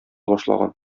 башлаган